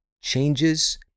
changes